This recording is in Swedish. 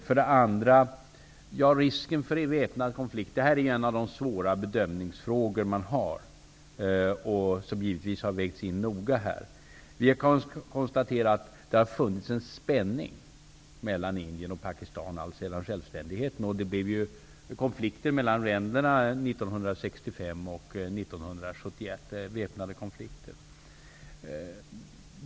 För det andra är risken för en väpnad konflikt en av de svåra bedömningsfrågor vi har, och den har givetvis vägts in noga här. Vi kan konstatera att det har funnits en spänning mellan Indien och Pakistan alltsedan självständigheten. Det blev ju väpnade konflikter mellan länderna 1965 och 1971.